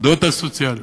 העובדות הסוציאליות,